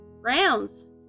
Rounds